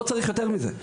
לא צריך יותר מזה.